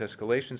escalation